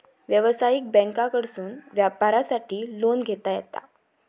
व्यवसायिक बँकांकडसून व्यापारासाठी लोन घेता येता